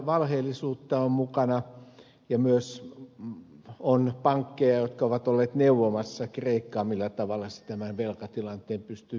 valheellisuutta on mukana ja myös on pankkeja jotka ovat olleet neuvomassa kreikkaa millä tavalla se tämän velkatilanteen pystyy piilottamaan